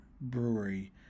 Brewery